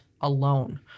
alone